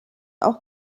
auch